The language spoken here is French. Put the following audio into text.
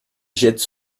jette